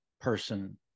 person